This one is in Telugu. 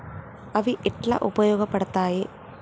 అవి ఎట్లా ఉపయోగ పడతాయి?